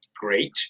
great